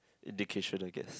education I guess